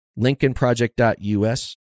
lincolnproject.us